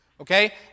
Okay